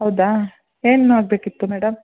ಹೌದಾ ಏನು ಆಗಬೇಕಿತ್ತು ಮೇಡಮ್